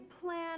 plan